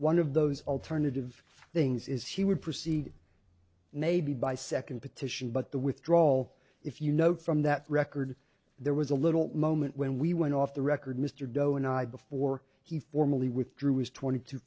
one of those alternative things is he would proceed maybe by second petition but the withdrawal if you know from that record there was a little moment when we went off the record mr doe and i before he formally withdrew his twenty two